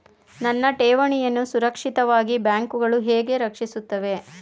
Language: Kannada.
ನನ್ನ ಠೇವಣಿಯನ್ನು ಸುರಕ್ಷಿತವಾಗಿ ಬ್ಯಾಂಕುಗಳು ಹೇಗೆ ರಕ್ಷಿಸುತ್ತವೆ?